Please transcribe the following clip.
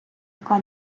яка